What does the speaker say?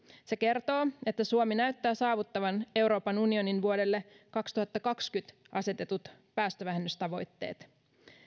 se kertoo että suomi näyttää saavuttavan euroopan unionin vuodelle kaksituhattakaksikymmentä asetetut päästövähennystavoitteet